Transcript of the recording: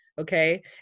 Okay